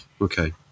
Okay